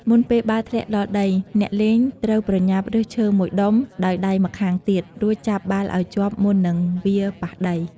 មុនពេលបាល់ធ្លាក់ដល់ដី អ្នកលេងត្រូវប្រញាប់រើសឈើ ១ ដុំ ដោយដៃម្ខាងទៀត រួចចាប់បាល់ឲ្យជាប់មុននឹងវាប៉ះដី។